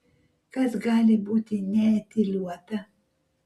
kas gali būti neetiliuota